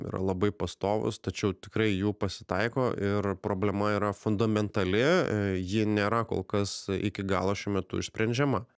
yra labai pastovus tačiau tikrai jų pasitaiko ir problema yra fundamentali ji nėra kol kas iki galo šiuo metu išsprendžiama